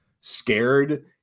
scared